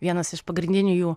vienas iš pagrindinių jų